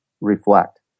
reflect